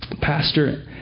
Pastor